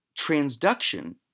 transduction